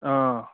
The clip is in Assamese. অঁ